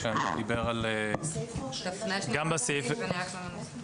בסעיף חוק כשביקשנו תעודת זהות.